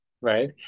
right